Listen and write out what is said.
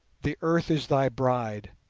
the earth is thy bride.